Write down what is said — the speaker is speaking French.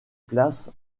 place